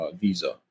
visa